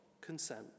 consent